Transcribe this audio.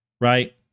Right